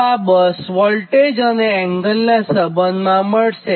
તોઆ bus voltage અને એંગલનાં સંબંધમાં મળશે